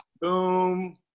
Boom